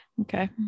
Okay